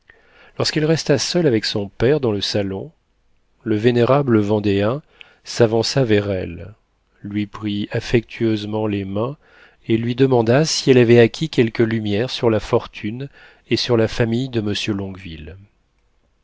lorsqu'elle resta seule avec son père dans le salon le vénérable vendéen s'avança vers elle lui prit affectueusement les mains et lui demanda si elle avait acquis quelque lumière sur la fortune et sur la famille de monsieur